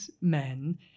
men